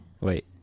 Wait